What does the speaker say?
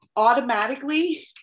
Automatically